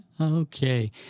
okay